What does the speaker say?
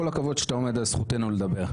כל הכבוד שאתה עומד על זכותנו לדבר.